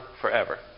forever